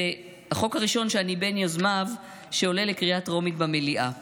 זה החוק הראשון שאני בין יוזמיו שעולה לקריאה טרומית במליאה.